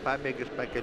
pabėgius pakel